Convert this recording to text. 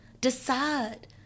Decide